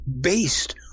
based